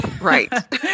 Right